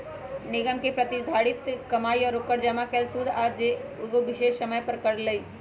निगम के प्रतिधारित कमाई ओकर जमा कैल शुद्ध आय हई जे उ एगो विशेष समय पर करअ लई